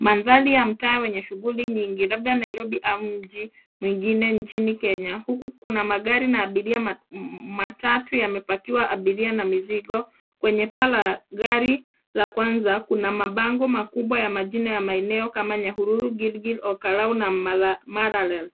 Mandhari ya mtaa wenye shughuli nyingi labda Nairobi au mji mwingine nchini Kenya huku kuna magari na abiria. Matatu yamepakiwa abiria na mizigo. Kwenye paa la gari la kwanza kuna mabango makubwa ya majina ya maeneo kama Nyahururu, Gilgil, Ol Kalou na Maralal